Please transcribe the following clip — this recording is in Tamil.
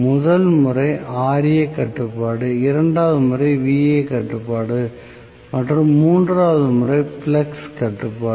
முதல் முறை Ra கட்டுப்பாடு இரண்டாவது முறை Va கட்டுப்பாடு மற்றும் மூன்றாவது முறை ஃப்ளக்ஸ் கட்டுப்பாடு